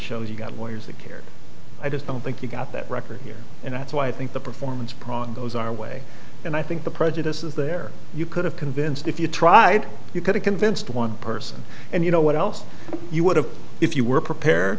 shows you've got lawyers that care i just don't think you've got that record here and that's why i think the performance prong goes our way and i think the prejudice is there you could have convinced if you tried you could have convinced one person and you know what else you would have if you were prepare